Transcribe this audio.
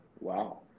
Wow